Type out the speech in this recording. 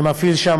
שמפעיל שמה,